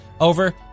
over